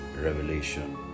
Revelation